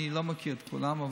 אני לא מכיר את כולם,